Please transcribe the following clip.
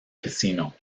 casino